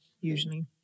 usually